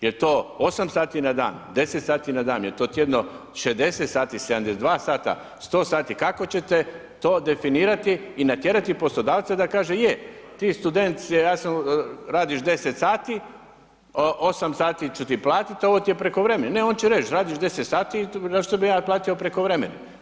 Jel' to 8 sati na dan, 10 sati na dan, jel' to tjedno 60 sati, 72 sata, 100 sati, kako ćete to definirati i natjerati poslodavca da kaže, ti studentice, radiš 10 sati, 8 sati ću ti platiti, ovo ti je prekovremeno, ne, on će reći, radiš 10 sati, zašto bi ja platio prekovremeni.